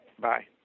bye